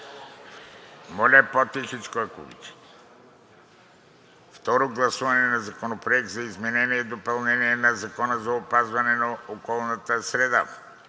Моля, по-тихичко, ако обичате! „10. Второ гласуване на Законопроекта за изменение и допълнение на Закона за опазване на околната среда.